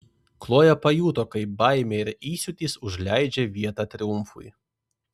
kloja pajuto kaip baimė ir įsiūtis užleidžia vietą triumfui